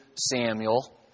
Samuel